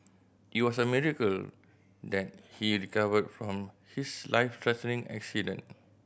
it was a miracle that he recovered from his life threatening accident